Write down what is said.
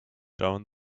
down